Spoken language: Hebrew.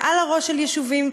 מעל הראש של יישובים,